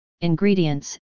ingredients